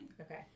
Okay